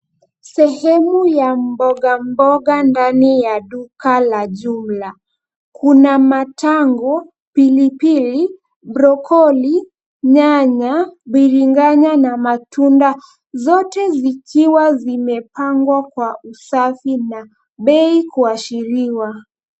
Sehemu ya mbogamboga ndani ya duka la jumla. Kuna matango, pilipili, brokoli, nyanya, biringanya na matunda, zote zikiwa zimepangwa kwa usafi na bei kuashiriwa.